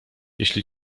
jeśli